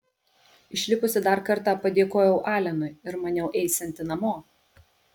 išlipusi dar kartą padėkojau alenui ir maniau eisianti namo